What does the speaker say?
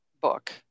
book